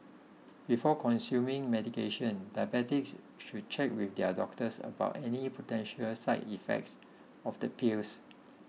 before consuming medication diabetics should check with their doctors about any potential side effects of the pills